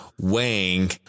weighing